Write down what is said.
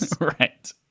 Right